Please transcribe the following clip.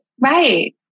Right